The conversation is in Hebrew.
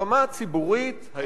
ברמה הציבורית העקרונית,